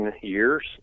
years